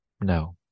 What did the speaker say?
No